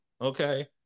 okay